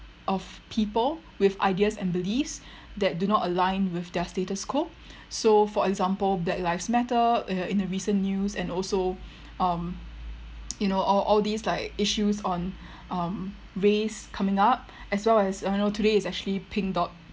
of people with ideas and beliefs that do not align with their status quo so for example black lives matter uh in the recent news and also um you know all all these like issues on um race coming up as well as uh you know today is actually pink dot